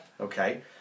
Okay